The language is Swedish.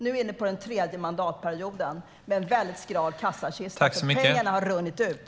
Nu är vi inne på den tredje mandatperioden med en väldigt skral kassakista där pengarna har runnit ut.